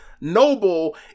noble